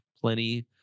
plenty